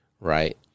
right